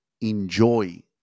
enjoy